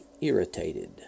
irritated